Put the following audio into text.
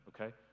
okay